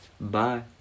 Bye